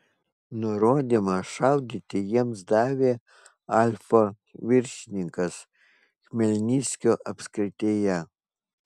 nurodymą šaudyti jiems davė alfa viršininkas chmelnyckio apskrityje